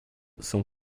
são